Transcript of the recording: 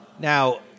Now